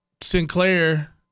Sinclair